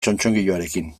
txotxongiloarekin